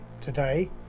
today